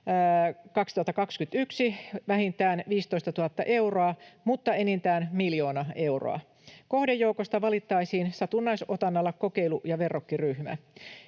2021 vähintään 15 000 euroa mutta enintään miljoona euroa. Kohdejoukosta valittaisiin satunnaisotannalla kokeilu‑ ja verrokkiryhmä.